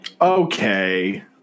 Okay